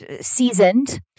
seasoned